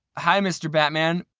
hi, mr. batman.